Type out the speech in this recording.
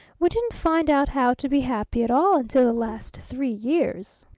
we didn't find out how to be happy at all until the last three years!